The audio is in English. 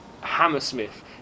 Hammersmith